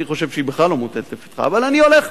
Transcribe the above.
אני חושב שהיא בכלל לא מוטלת לפתחה, אבל אני הולך,